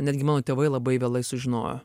netgi mano tėvai labai vėlai sužinojo